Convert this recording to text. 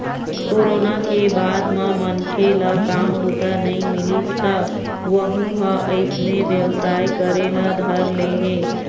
corona के बाद म मनखे ल काम बूता नइ मिलिस त वहूँ ह अइसने बेवसाय करे ल धर ले हे